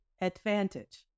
advantage